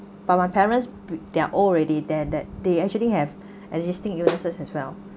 but my parents they're old already there that they actually have existing illnesses as well